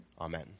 Amen